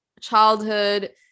childhood